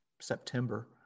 september